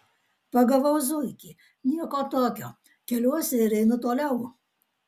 pagavau zuikį nieko tokio keliuosi ir einu toliau